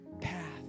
path